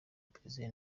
brazil